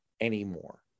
anymore